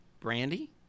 Brandy